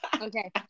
Okay